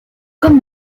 comme